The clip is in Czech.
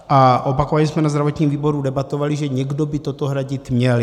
A opakovaně jsme na zdravotním výboru debatovali, že někdo by toto hradit měl.